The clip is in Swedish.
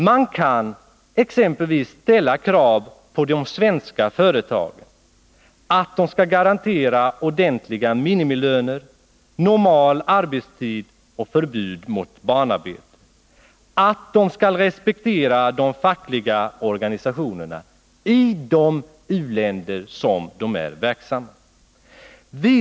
Man kan t.ex. ställa krav på de svenska företagen att de skall garantera ordentliga minimilöner, tillämpa normal arbetstid och förbud mot barnarbete och att de skall respektera de fackliga organisationerna i de u-länder där de är verksamma.